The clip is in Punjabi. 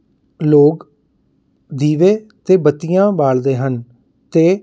ਲੋਕ ਦੀਵੇ ਅਤੇ ਬੱਤੀਆਂ ਬਾਲਦੇ ਹਨ ਅਤੇ